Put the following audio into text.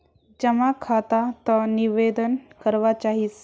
जमा खाता त निवेदन करवा चाहीस?